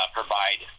provide